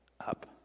up